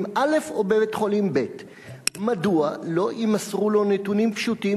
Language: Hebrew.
א' או בבית-חולים ב'; מדוע לא יימסרו לו נתונים פשוטים